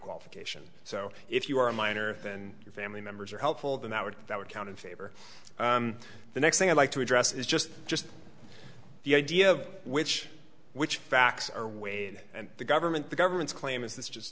qualification so if you are a minor and your family members are helpful then that would that would count in favor the next thing i'd like to address is just just the idea of which which facts are weighed and the government the government's claim is this just